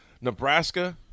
Nebraska –